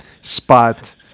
spot